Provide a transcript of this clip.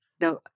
Now